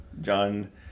John